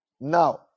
Now